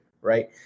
right